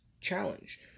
challenge